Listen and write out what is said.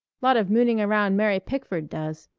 lot of mooning around mary pickford does!